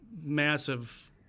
massive